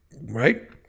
right